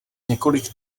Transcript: několik